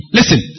Listen